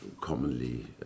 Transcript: commonly